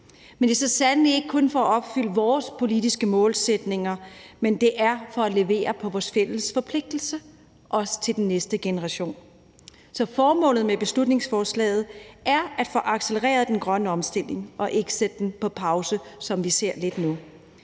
Men det er så sandelig ikke kun for at opfylde vores politiske målsætninger; det er for at levere på vores fælles forpligtelse, også til den næste generation. Så formålet med beslutningsforslaget er at få accelereret den grønne omstilling og ikke sætte den på pause, som vi lidt ser